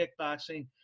kickboxing